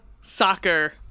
soccer